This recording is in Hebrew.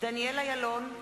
דניאל אילון,